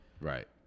Right